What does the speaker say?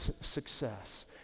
success